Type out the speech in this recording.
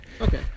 Okay